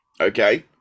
Okay